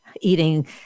eating